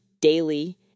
daily